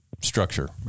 structure